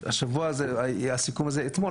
הסיכום הזה הגיע אליי אתמול,